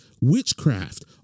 witchcraft